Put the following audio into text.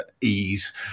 ease